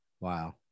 Wow